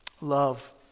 Love